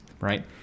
right